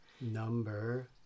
Number